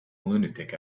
lunatic